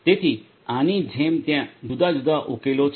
તેથી આની જેમ ત્યાં જુદા જુદા ઉકેલો છે